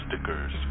stickers